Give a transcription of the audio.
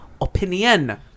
opinion